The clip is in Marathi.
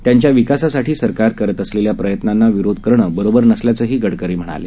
त्यांच्याविकासासाठीसरकारकरतअसलेल्याप्रयत्नांनाविरोधकरणंबरोबरनसल्याचंहीगडकरीम्हणाले